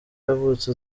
yavutse